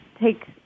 take